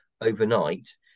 overnight